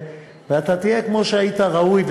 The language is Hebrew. ואתה תהיה כמו שהיית ראוי,